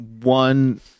one